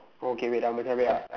orh okay wait ah Macha wait ah